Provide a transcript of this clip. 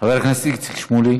חבר הכנסת שמולי,